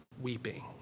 weeping